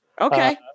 Okay